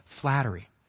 flattery